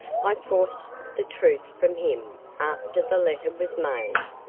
i forced the truth from him after the letter was mailed.